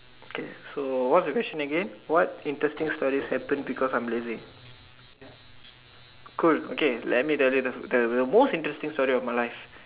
okay so what's the question again what interesting stories happen because I am lazy cool okay let me tell you the the the most interesting story of my life